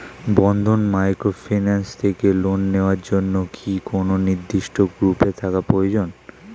বন্ধন microfinance থেকে loan নেওয়ার জন্য কি কোন নির্দিষ্ট গ্রুপে থাকা প্রয়োজন?